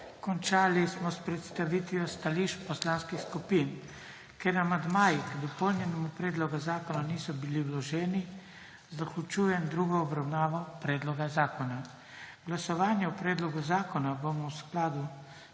Končali smo s predstavitvijo stališč poslanskih skupin. Ker amandmaji k dopolnjenemu predlogu zakona niso bili vloženi, zaključujem drugo obravnavo predloga zakona. Glasovanje o predlogu zakona bomo v skladu